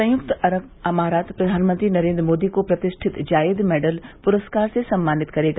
संयुक्त अरब अमारात प्रधानमंत्री नरेन्द्र मोदी को प्रतिष्ठित जायेद मैडल पुरस्कार से सम्मानित करेगा